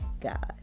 God